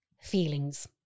feelings